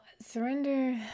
surrender